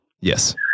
Yes